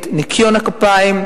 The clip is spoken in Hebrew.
את ניקיון הכפיים,